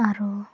ᱟᱨᱚ